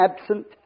absent